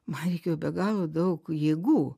man reikėjo be galo daug jėgų